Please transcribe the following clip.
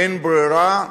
אין ברירה,